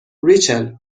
ریچل